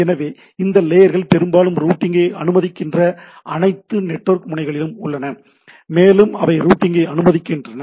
எனவே இந்த லேயர்கள் பெரும்பாலும் ரூட்டிங்கை அனுமதிக்கின்ற அனைத்து நெட்வொர்க் முனைகளிலும் உள்ளன மேலும் அவை ரூட்டிங்கை அனுமதிக்கின்றன